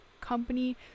company